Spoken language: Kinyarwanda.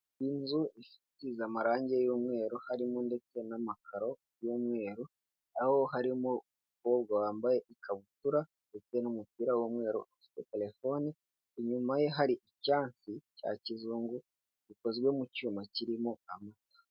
Inzu isize amarangi y'umweru, harimo ndetse n'amakaro y'umweru, aho harimo umukobwa wambaye ikabutura, ndetse n'umupira w'umweru ufite telefoni, inyuma ye hari icyansi cya kizungu gikozwe mu cyuma kirimo amata.